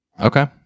Okay